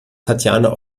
tatjana